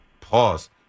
Pause